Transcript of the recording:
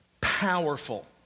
powerful